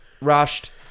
rushed